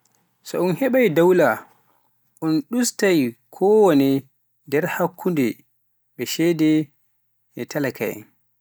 so un heɓai dawla un ɗustaai ko wone nder hakkunde be ceede e talaka'en.